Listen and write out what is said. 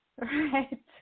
Right